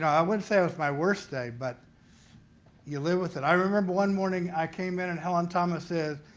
i wouldn't say it's my worst day, but you live with it. i remember one morning i came in and helen thomas says,